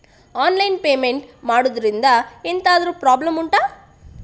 online payment ಮಾಡುದ್ರಿಂದ ಎಂತಾದ್ರೂ problem ಉಂಟಾ